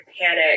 panic